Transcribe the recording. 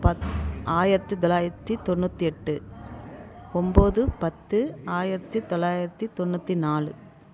பத் ஆயிரத்தி தொள்ளாயிரத்தி தொண்ணூற்றெட்டு ஒன்போது பத்து ஆயிரத்தி தொள்ளாயிரத்தி தொண்ணூற்றி நாலு